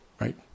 Right